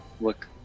Look